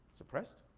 suppressed?